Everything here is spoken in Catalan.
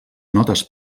notes